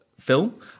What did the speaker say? film